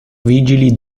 vigili